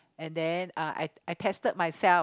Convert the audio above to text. and then uh I I tested myself